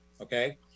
okay